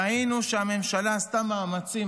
ראינו שהממשלה עשתה מאמצים,